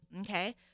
okay